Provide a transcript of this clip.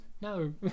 No